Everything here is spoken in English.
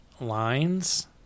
lines